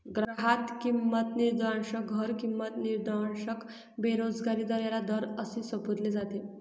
ग्राहक किंमत निर्देशांक, घर किंमत निर्देशांक, बेरोजगारी दर याला दर असे संबोधले जाते